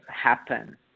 happen